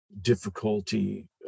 difficulty